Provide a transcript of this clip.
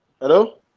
Hello